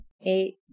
eight